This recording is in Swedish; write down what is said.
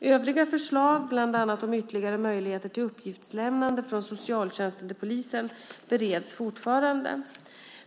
Övriga förslag, bland annat om ytterligare möjligheter till uppgiftslämnande från socialtjänsten till polisen, bereds fortfarande.